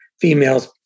females